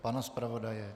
Pana zpravodaje?